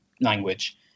language